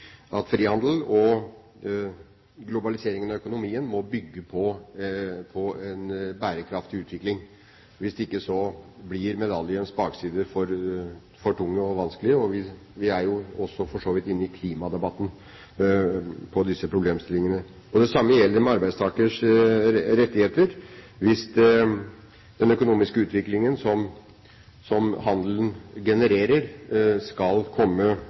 frihandel og globalisering av økonomien må bygge på en bærekraftig utvikling. Hvis ikke blir medaljens bakside for tung og vanskelig, og vi er jo også for så vidt inne i klimadebatten på disse problemstillingene. Det samme gjelder arbeidstakers rettigheter. Hvis den økonomiske utviklingen som handelen genererer, skal komme befolkningen til gode i land med store utfordringer når det gjelder sosiale skjevheter og fattigdom, må det også komme